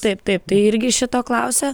taip taip tai irgi šito klausia